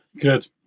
good